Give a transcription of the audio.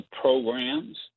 programs